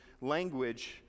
language